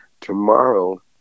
tomorrow